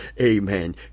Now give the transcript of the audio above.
Amen